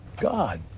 God